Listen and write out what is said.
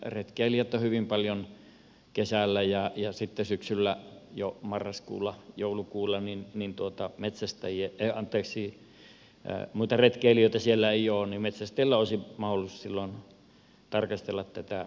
retkeilijät ovat hyvin paljon kesällä ja sitten syksyllä jo marraskuulla joulukuulla kun muita retkeilijöitä siellä ei ole metsästäjillä olisi mahdollisuus silloin tarkastella tätä riistatilannetta